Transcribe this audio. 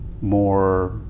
more